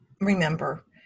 remember